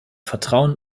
vertrauen